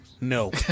No